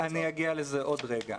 אני אגיע לזה בעוד רגע.